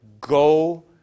Go